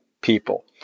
people